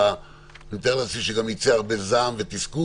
אני מתאר לעצמי שגם יצא הרבה זעם ותסכול